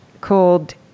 called